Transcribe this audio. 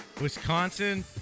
Wisconsin